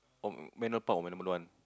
or manual